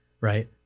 Right